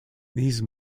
these